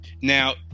Now